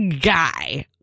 guy